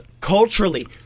Culturally